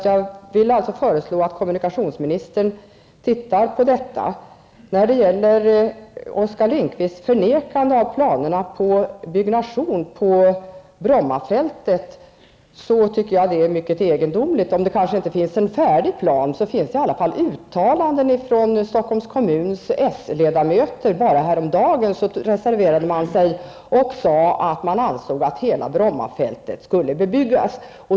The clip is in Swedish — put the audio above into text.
Jag vill alltså föreslå att kommunikationsministern tittar på detta. Oskar Lindkvists förnekande av planerna på byggnation på Brommafältet tycker jag är mycket egendomligt. Även om det kanske inte finns en färdig plan, så finns det i alla fall uttalanden från socialdemokratiska ledamöter i Stockholms kommunfullmäktige. Man reserverade sig häromdagen och sade att man ansåg att hela Brommafältet skulle bebyggas.